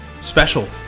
special